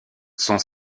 son